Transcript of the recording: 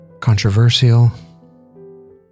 controversial